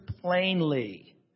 plainly